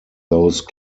those